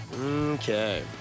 Okay